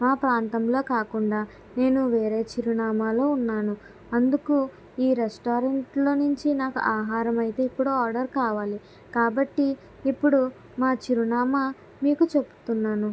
మా ప్రాంతంలో కాకుండా నేను వేరే చిరునామాలో ఉన్నాను అందుకు ఈ రెస్టారెంట్లో నుంచి నాకు ఆహారం అయితే ఇప్పుడు ఆర్డర్ కావాలి కాబట్టి ఇప్పుడు మా చిరునామా మీకు చెప్తున్నాను